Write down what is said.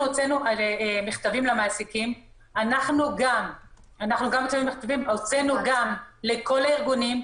גם הוצאנו לכל הארגונים,